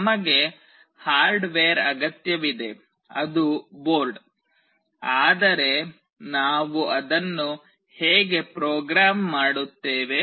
ನಮಗೆ ಹಾರ್ಡ್ವೇರ್ ಅಗತ್ಯವಿದೆ ಅದು ಬೋರ್ಡ್ ಆದರೆ ನಾವು ಅದನ್ನು ಹೇಗೆ ಪ್ರೋಗ್ರಾಂ ಮಾಡುತ್ತೇವೆ